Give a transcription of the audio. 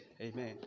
Amen